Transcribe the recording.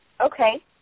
Okay